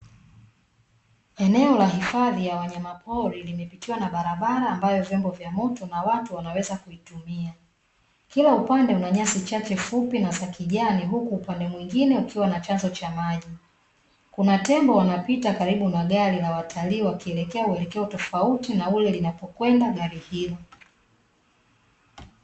Eneo la hifadhi ya wanyama pori limepitiwa na barabara ambayo vyombo vya moto na watu wanaweza kuitumia, kila upande una nyasi chache fupi na za kijani, huku upande mwingine ukiwa na chanzo cha maji, kuna tembo wanapita karibu na gari la watalii wakielekea katika uelekeo tofauti na ule linapokwenda gari hilo.